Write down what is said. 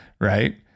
right